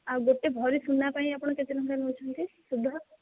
ଆଉ ଗୋଟିଏ ଭରି ସୁନା ପାଇଁ ଆପଣ କେତେ ଟଙ୍କା ନେଉଛନ୍ତି ସୁଧ